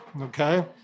okay